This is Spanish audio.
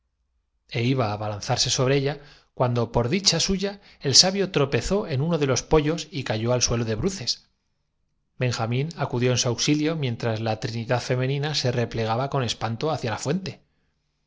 é iba á abalanzarse sobre ella cuando por dicha suya el sabio tropezó en uno de los poyos y cayó al suelo de bruces benjamín acudió en su auxilio mien tras la trinidad femenina se replegaba con espanto ha cia la fuente